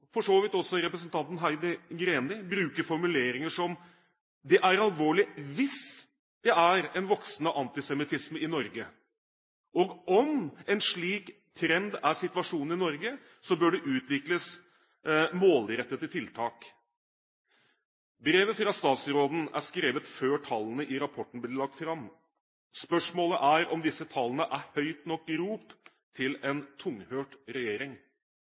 for så vidt også representanten Heidi Greni, bruker formuleringer som: det er alvorlig «hvis» det er en voksende antisemittisme i Norge, og om en slik trend er situasjonen i Norge, bør det utvikles målrettede tiltak. Brevet fra statsråden er skrevet før tallene i rapporten ble lagt fram. Spørsmålet er om disse tallene er et høyt nok rop til en tunghørt regjering.